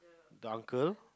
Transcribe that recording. the uncle